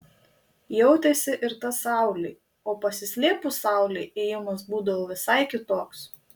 jautėsi ir ta saulė o pasislėpus saulei ėjimas būdavo visai kitoks